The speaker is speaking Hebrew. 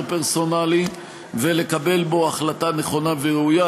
פרסונלי ולקבל בו החלטה נכונה וראויה.